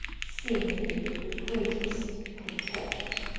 seemingly with the greatest contempt.